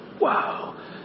Wow